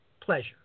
pleasure